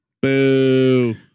Boo